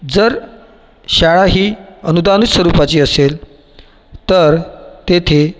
जर शाळा ही अनुदानित स्वरूपाची असेल तर तेथे